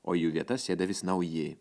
o į jų vietas sėdi vis nauji